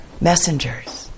messengers